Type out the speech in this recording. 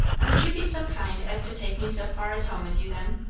would you be so kind as to take me so far as home with you, then?